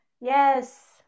Yes